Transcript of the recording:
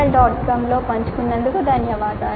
com లో పంచుకున్నందుకు ధన్యవాదాలు